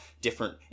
different